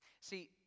See